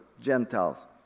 Gentiles